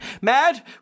Mad